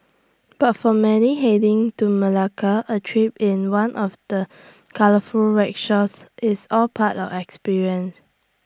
but for many heading to Malacca A trip in one of the colourful rickshaws is all part of experience